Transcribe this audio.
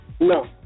No